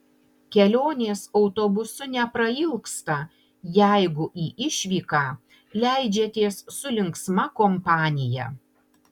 kelionės autobusu neprailgsta jeigu į išvyką leidžiatės su linksma kompanija